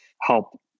help